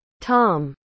Tom